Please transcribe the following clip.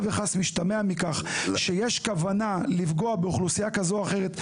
וחס משתמע מכך שיש כוונה לפגוע באוכלוסייה כזאת או אחרת,